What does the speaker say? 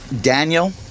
Daniel